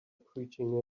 preaching